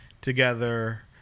together